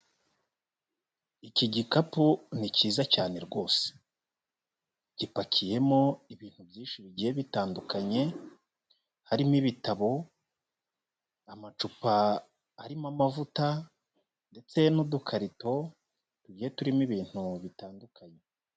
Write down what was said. Iki gikapu ni cyiza cyane rwose, gipakiyemo ibintu byinshi bigiye bitandukanye, harimo ibitabo, amacupa arimo amavuta ndetse n'udukarito tugiye turimo ibintu bitandukanye.